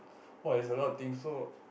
!wah! that's a lot of thing so